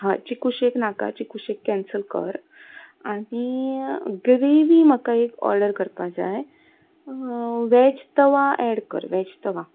चिकू shake नाका chikoo shake cancel कर आनी ग्रेवी म्हाका एक ऑर्डर करपा जाय वेज तवा एड कर वेज तवा